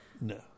No